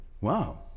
Wow